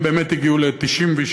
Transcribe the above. הם באמת הגיעו ל-96.77%.